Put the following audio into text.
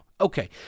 okay